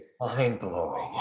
mind-blowing